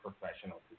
professional